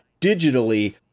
digitally